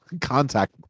contact